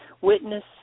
witness